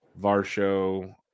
Varsho